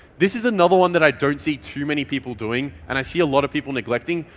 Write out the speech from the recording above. this is another one that i don't see too many people doing and i see a lot of people neglecting,